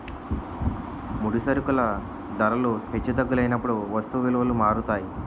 ముడి సరుకుల ధరలు హెచ్చు తగ్గులైనప్పుడు వస్తువు విలువలు మారుతాయి